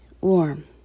warm